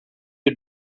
you